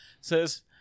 says